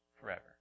forever